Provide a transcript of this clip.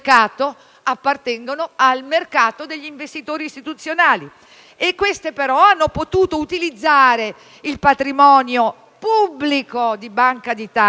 appartengano al mercato degli investitori istituzionali. Queste però, hanno potuto utilizzare il patrimonio pubblico della Banca d'Italia